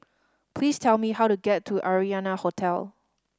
please tell me how to get to Arianna Hotel